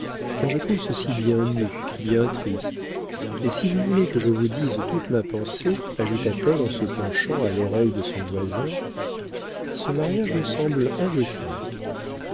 car je trouve ceci bien nu bien triste et si vous voulez que je vous dise toute ma pensée ajouta-t-elle en se penchant à l'oreille de son voisin ce mariage me semble indécent